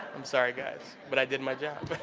i'm sorry, guys, but i did my job.